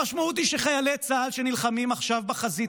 המשמעות היא שחיילי צה"ל שנלחמים עכשיו בחזית